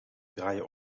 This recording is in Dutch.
draaien